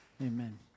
Amen